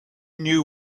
knew